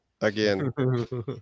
again